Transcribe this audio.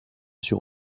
sur